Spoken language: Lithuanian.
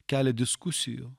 kelia diskusijų